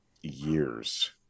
years